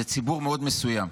זה ציבור מאוד מסוים.